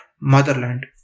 motherland